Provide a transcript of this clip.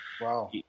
Wow